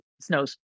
snows